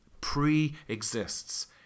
pre-exists